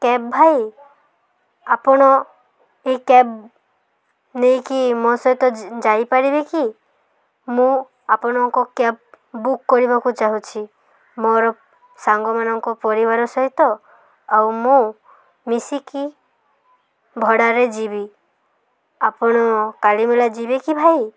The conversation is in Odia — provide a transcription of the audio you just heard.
କ୍ୟାବ୍ ଭାଇ ଆପଣ ଏଇ କ୍ୟାବ୍ ନେଇକି ମୋ ସହିତ ଯାଇପାରିବେ କି ମୁଁ ଆପଣଙ୍କ କ୍ୟାବ୍ ବୁକ୍ କରିବାକୁ ଚାହୁଁଛି ମୋର ସାଙ୍ଗମାନଙ୍କ ପରିବାର ସହିତ ଆଉ ମୁଁ ମିଶିକି ଭଡ଼ାରେ ଯିବି ଆପଣ କାଳିମଳା ଯିବେ କି ଭାଇ